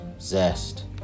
Zest